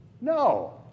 No